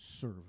serve